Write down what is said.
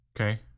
Okay